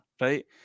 right